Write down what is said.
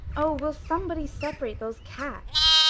oh, will somebody separate those cats?